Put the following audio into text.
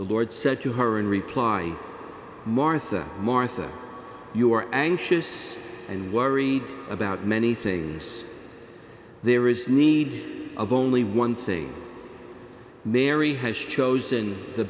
the lord said to her in reply martha martha you are anxious and worried about many things there is need of only one thing mary has chosen the